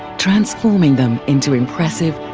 transforming them into impressive,